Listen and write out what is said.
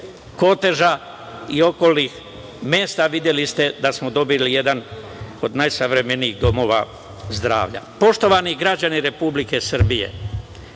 Koteža i okolnih mesta, videli ste da smo dobili jedan od najsavremeniji domova zdravlja. Poštovani građani Republike Srbije,